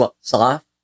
soft